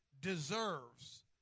deserves